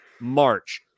March